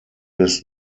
des